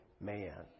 Man